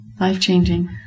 life-changing